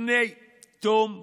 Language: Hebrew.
לפני תום המועד.